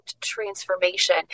transformation